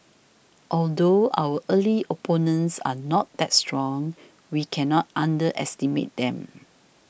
although our early opponents are not that strong we cannot underestimate them